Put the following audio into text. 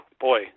Boy